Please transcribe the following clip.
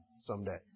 someday